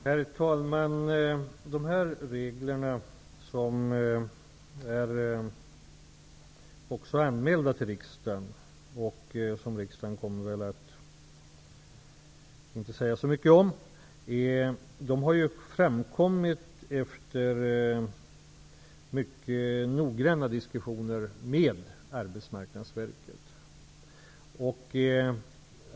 Herr talman! De här reglerna, som också är anmälda till riksdagen och som riksdagen inte kommer att säga så mycket om, har framkommit efter mycket noggranna diskussioner med Arbetsmarknadsverket.